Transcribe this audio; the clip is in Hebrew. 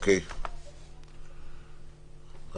תודה.